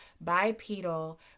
bipedal